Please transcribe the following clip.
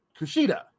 Kushida